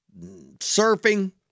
surfing